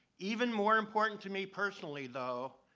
even more important to me personally though,